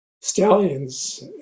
Stallions